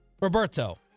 Roberto